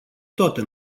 toate